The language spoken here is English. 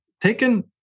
Taken